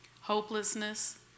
hopelessness